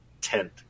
tent